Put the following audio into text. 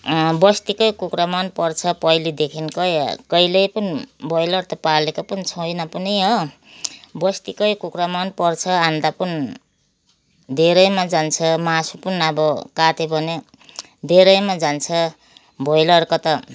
बस्तीकै कुखुरा मनपर्छ पहिलेदेखि नै कहिले पनि ब्रोइलर त पालेको पनि छैन पनि हो बस्तीकै कुखुरा मनपर्छ अन्डा पनि धेरैमा जान्छ मासु पनि अब काट्यो भने धेरैमा जान्छ ब्रोइलरको त